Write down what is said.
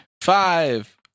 Five